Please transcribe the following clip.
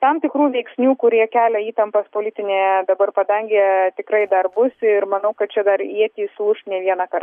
tam tikrų veiksnių kurie kelia įtampas politinėje dabar padangėje tikrai dar bus ir manau kad čia dar ietys ūž ne vieną kartą